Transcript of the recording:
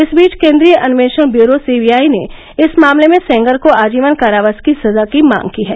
इस बीच केन्द्रीय अन्वेषण ब्यूरो सीबीआई ने इस मामले में सेंगर को आजीवन कारावास की सजा की मांग की है